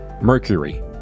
Mercury